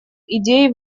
идеи